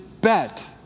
bet